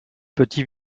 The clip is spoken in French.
petit